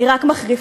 היא רק מחריפה.